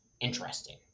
interesting